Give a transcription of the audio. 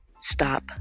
stop